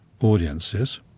audiences